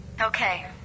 Okay